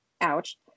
ouch